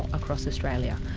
across australia.